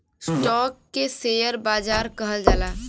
stock के share बाजार कहल जाला